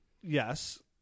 Yes